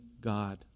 God